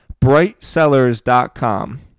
Brightsellers.com